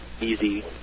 easy